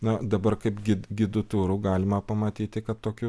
na dabar kaip gi gidų turu galima pamatyti kad tokių